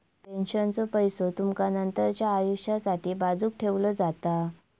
पेन्शनचो पैसो तुमचा नंतरच्या आयुष्यासाठी बाजूक ठेवलो जाता